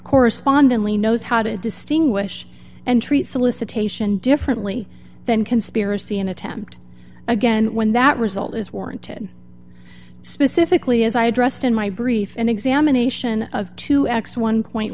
correspondent lee knows how to distinguish and treat solicitation differently than conspiracy and attempt again when that result is warranted specifically as i addressed in my brief an examination of two x one